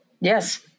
Yes